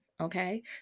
okay